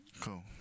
cool